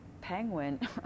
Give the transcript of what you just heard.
penguin